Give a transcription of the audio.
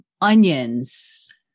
onions